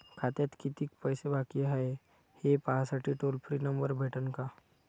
खात्यात कितीकं पैसे बाकी हाय, हे पाहासाठी टोल फ्री नंबर भेटन का?